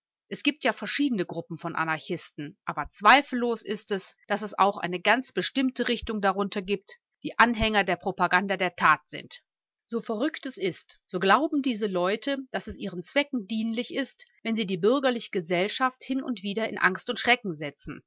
es gibt ja verschiedene gruppen von anarchisten aber zweifellos ist es daß es auch eine ganz bestimmte richtung darunter gibt die anhänger der propaganda der tat sind so verrückt es ist so glauben diese leute daß es ihren zwecken dienlich ist wenn sie die bürgerliche gesellschaft hin und wieder in angst und schrecken setzen